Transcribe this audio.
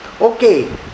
Okay